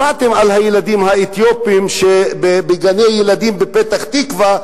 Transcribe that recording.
שמעתם על הילדים האתיופים בגני-הילדים בפתח-תקווה,